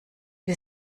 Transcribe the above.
wir